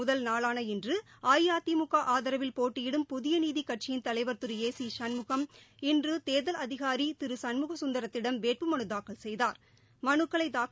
முதல் நாளாள இன்றுஅஇஅதிமுகஆதரவில் பேட்டியிடும் புதியநீதிக் கட்சியின் தலைவர் திரு ஏ சிசண்முகம் இன்றுதேர்தல் அதிகாரிதிருசண்முகத் சுந்தரத்திடம் வேட்புமனுதாக்கல் செய்தாா்